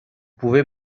pouvez